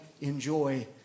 enjoy